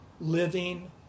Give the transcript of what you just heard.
living